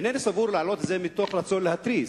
אינני רוצה להעלות את זה מתוך רצון להתריס,